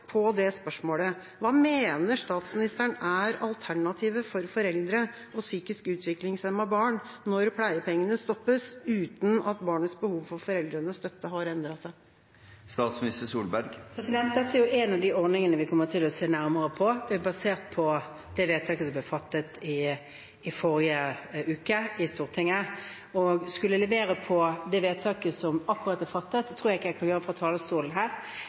på spørsmålet: Hva mener statsministeren er alternativet for foreldre til psykisk utviklingshemmede barn når pleiepengene stoppes uten at barnets behov for foreldrenes støtte har endret seg? Dette er en av ordningene vi kommer til å se nærmere på, basert på det vedtaket som ble fattet i forrige uke i Stortinget. Å skulle levere på det vedtaket som akkurat er fattet, tror jeg ikke jeg kan gjøre fra talerstolen her.